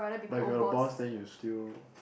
but if you are the boss then you still